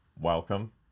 Welcome